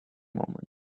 moments